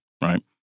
right